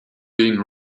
being